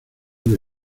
que